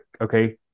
okay